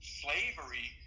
slavery